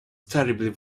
terribly